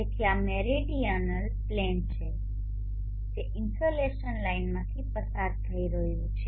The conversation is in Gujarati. તેથી આ મેરીડીઅનલ પ્લેન છે જે ઇન્સોલેશન લાઇનમાંથી પસાર થઈ રહ્યું છે